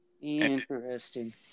Interesting